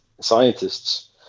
scientists